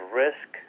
risk